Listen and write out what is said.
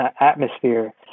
Atmosphere